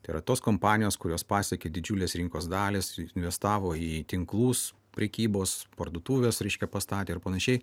tai yra tos kompanijos kurios pasiekė didžiulės rinkos dalys investavo į tinklus prekybos parduotuves reiškia pastatė ar panašiai